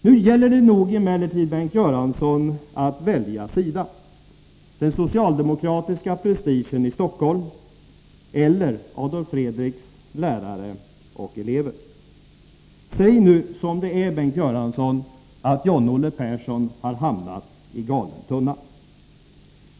Nu gäller det, Bengt Göransson, att välja sida: den socialdemokratiska prestigen i Stockholm eller Adolf Fredriks iärare och elever. Säg nu som det är, Bengt Göransson, att John-Olle Persson har hamnat i galen tunna.